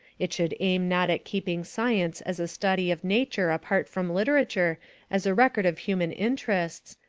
it should aim not at keeping science as a study of nature apart from literature as a record of human interests,